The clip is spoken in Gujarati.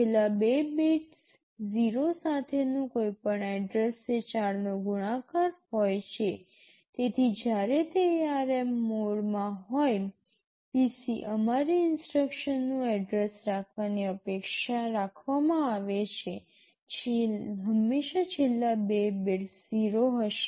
છેલ્લા બે બિટ્સ 0 સાથેનું કોઈપણ એડ્રેસ તે ૪ નો ગુણાકાર હોય છે તેથી જ્યારે તે ARM મોડમાં હોય PC અમારી ઇન્સટ્રક્શનનું એડ્રેસ રાખવાની અપેક્ષા રાખવામાં આવે છે હંમેશાં છેલ્લા ૨ બિટ્સ 0 હશે